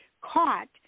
caught